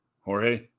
Jorge